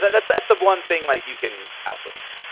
that's that's the one thing like you can outsource,